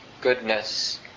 goodness